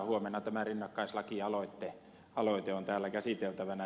huomenna tämä rinnakkaislakialoite on täällä käsiteltävänä